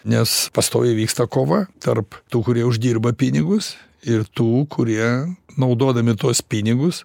nes pastoviai vyksta kova tarp tų kurie uždirba pinigus ir tų kurie naudodami tuos pinigus